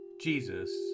Jesus